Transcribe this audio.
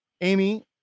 Amy